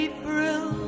April